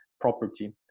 property